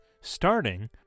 starting